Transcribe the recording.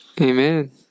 amen